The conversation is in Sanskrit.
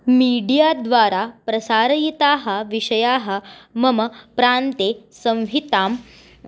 मीडिया द्वारा प्रसारिताः विषयाः मम प्रान्ते संहितां